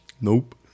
Nope